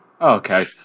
okay